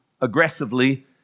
aggressively